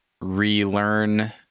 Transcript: relearn